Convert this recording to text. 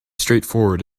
straightforward